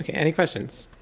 any questions?